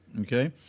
okay